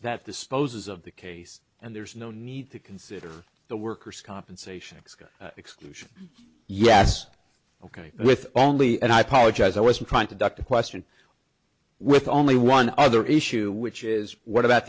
that disposes of the case and there's no need to consider the workers compensation exco exclusion yes ok with only and i apologize i wasn't trying to duck the question with only one other issue which is what about